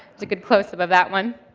that's a good close-up of that one.